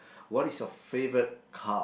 what is your favorite car